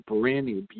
brand-new